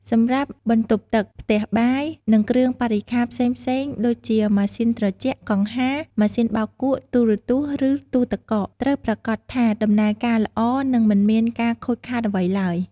សម្រាប់បន្ទប់ទឹក ផ្ទះបាយ និងគ្រឿងបរិក្ខារផ្សេងៗដូចជា ម៉ាស៊ីនត្រជាក់ កង្ហារ ម៉ាស៊ីនបោកគក់ ទូរទស្សន៍ ឬទូទឹកកក ត្រូវប្រាកដថាដំណើរការល្អ និងមិនមានការខូចខាតអ្វីឡើយ។